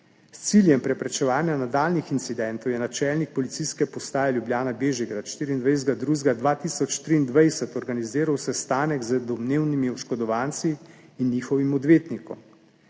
S ciljem preprečevanja nadaljnjih incidentov je načelnik Policijske postaje Ljubljana Bežigrad 24. 2. 2023 organiziral sestanek z domnevnimi oškodovanci in njihovim odvetnikom.